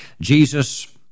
Jesus